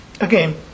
Again